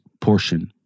portion